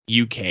UK